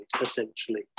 essentially